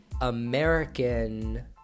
American